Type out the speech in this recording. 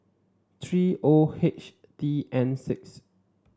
three O H T N six